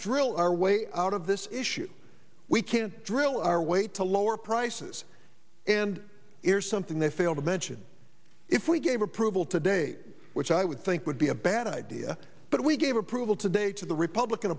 drill our way out of this issue we can't drill our way to lower prices and here's something they failed to mention if we gave approval today which i would think would be a bad idea but we gave approval today to the republican